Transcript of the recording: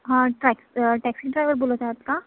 हं tax taxi driver बोलत आहात का